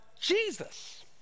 Jesus